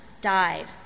died